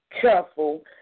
careful